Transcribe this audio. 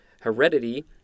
heredity